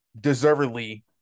deservedly